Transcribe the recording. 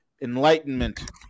enlightenment